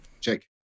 Jake